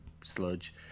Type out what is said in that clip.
sludge